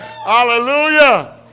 Hallelujah